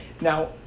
Now